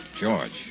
George